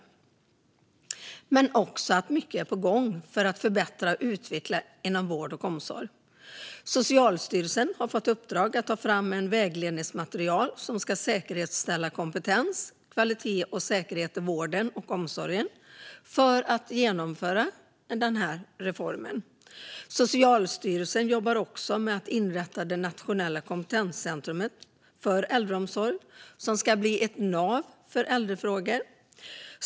Men mycket är på gång för att förbättra och utveckla vården och omsorgen. Socialstyrelsen har fått i uppdrag att ta fram en vägledning som ska säkerställa kompetens, kvalitet och säkerhet i vården och omsorgen för att genomföra reformen. Socialstyrelsen jobbar också med att inrätta det nationella kompetenscentrumet för äldreomsorg, som ska bli ett nav för äldrefrågor.